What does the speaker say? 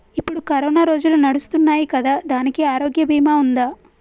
ఇప్పుడు కరోనా రోజులు నడుస్తున్నాయి కదా, దానికి ఆరోగ్య బీమా ఉందా?